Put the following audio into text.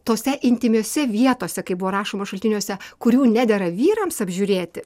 tose intymiose vietose kaip buvo rašoma šaltiniuose kurių nedera vyrams apžiūrėti